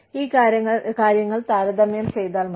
ഈ കാര്യങ്ങൾ താരതമ്യം ചെയ്താൽ മതി